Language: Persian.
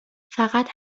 فقط